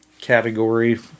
category